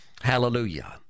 Hallelujah